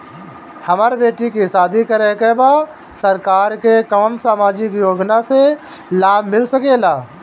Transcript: हमर बेटी के शादी करे के बा सरकार के कवन सामाजिक योजना से लाभ मिल सके ला?